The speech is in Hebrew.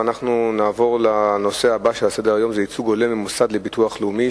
אנחנו נעבור לנושא הבא על סדר-היום: ייצוג הולם במוסד לביטוח לאומי,